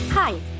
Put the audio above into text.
Hi